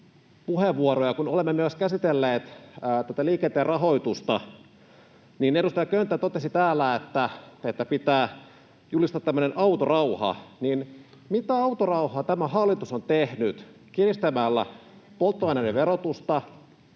puheenvuoroa. Olemme käsitelleet myös liikenteen rahoitusta, ja kun edustaja Könttä totesi täällä, että pitää julistaa tämmöinen autorauha, niin mitä autorauhaa tämä hallitus on tehnyt kiristämällä polttoaineiden verotusta,